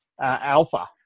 Alpha